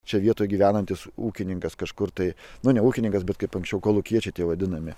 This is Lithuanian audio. čia vietoj gyvenantis ūkininkas kažkur tai mane ūkininkas bet kaip anksčiau kolūkiečiai tie vadinami